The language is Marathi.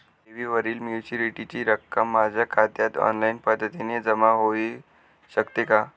ठेवीवरील मॅच्युरिटीची रक्कम माझ्या खात्यात ऑनलाईन पद्धतीने जमा होऊ शकते का?